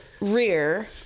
rear